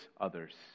others